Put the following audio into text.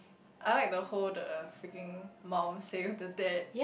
I like the whole the freaking mum said to dad